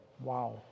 Wow